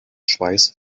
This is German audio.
schweiß